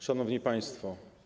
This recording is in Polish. Szanowni Państwo!